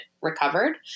recovered